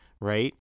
Right